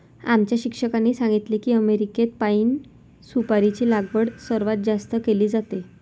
आमच्या शिक्षकांनी सांगितले की अमेरिकेत पाइन सुपारीची लागवड सर्वात जास्त केली जाते